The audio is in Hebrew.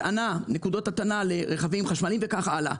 נקודות הטענה לרכבים חשמליים וכך הלאה.